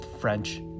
French